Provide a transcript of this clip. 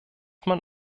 man